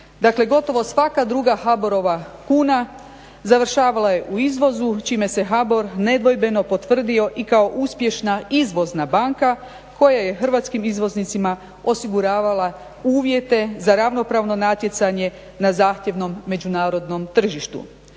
Dakle gotovo svaka druga HBOR-ova kuna završavala je u izvozu čime se HBOR nedvojbeno potvrdio i kao uspješna izvozna banka koja je hrvatskim izvoznicima osiguravala uvjete za ravnopravno natjecanje na zahtjevnom međunarodnom tržištu.